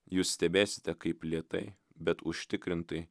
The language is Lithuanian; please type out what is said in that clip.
jūs stebėsite kaip lėtai bet užtikrintai